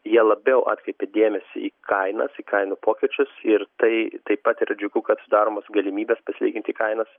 jie labiau atkreipia dėmesį į kainas į kainų pokyčius ir tai taip pat ir džiugu kad sudaromos galimybės pasilyginti kainas